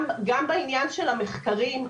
גם בעניין המחקרים,